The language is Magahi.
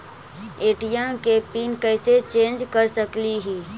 ए.टी.एम के पिन कैसे चेंज कर सकली ही?